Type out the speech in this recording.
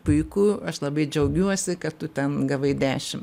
puiku aš labai džiaugiuosi kad tu ten gavai dešim